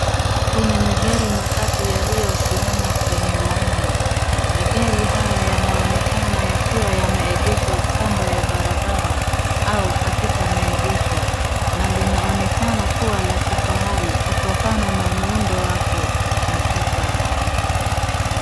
Kuna magari matatu yaliyosimama kwenye laini. Magari hayo yanaonekana yakiwa yameegeshwa kando ya barabara au katika maegesho na linaonekana kuwa la kifahari kutokana na muundo wake na chapa.